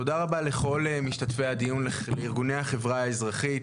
תודה רבה לכל משתתפי הדיון: לארגוני החברה האזרחיים,